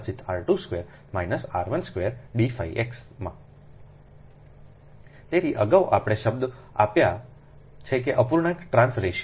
r 2 square minus r 1 square d x માં તેથી અગાઉ આપણે શબ્દ આપ્યા છે કે અપૂર્ણાંક ટ્રાંસ રેશિયો